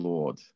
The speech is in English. Lord